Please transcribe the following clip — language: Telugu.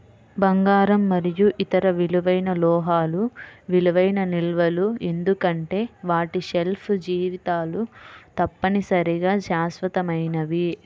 బంగారం మరియు ఇతర విలువైన లోహాలు విలువైన నిల్వలు ఎందుకంటే వాటి షెల్ఫ్ జీవితాలు తప్పనిసరిగా శాశ్వతమైనవి